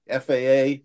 FAA